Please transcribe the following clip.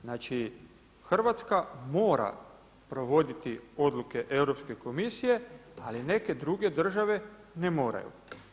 Znači Hrvatska mora provoditi odluke Europske komisije, ali neke druge države ne moraju.